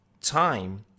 time